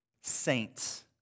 saints